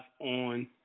on